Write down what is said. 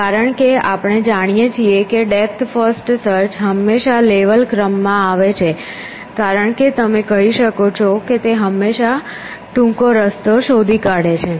કારણ કે આપણે જાણીએ છીએ કે ડેપ્થ ફર્સ્ટ સર્ચ હંમેશાં લેવલ ક્રમમાં આવે છે કારણ કે તમે કહો છો કે તે હંમેશા ટૂંકો રસ્તો શોધી કાઢે છે